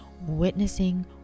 witnessing